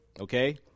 okay